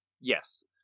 Yes